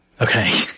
Okay